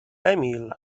emil